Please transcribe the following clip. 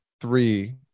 three